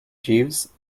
jeeves